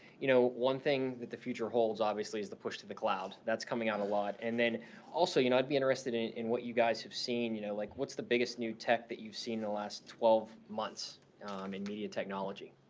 you know, one thing that the future holds obviously is the push to the cloud. that's coming on a lot. and then also, you know, i'd be interested in in what you guys have seen. you know, like what's the biggest new tech that you've seen in the last twelve months in new technology.